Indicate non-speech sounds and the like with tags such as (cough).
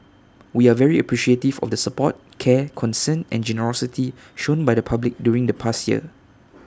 (noise) we are very appreciative of the support care concern and generosity shown by the public during the past year